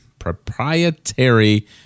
proprietary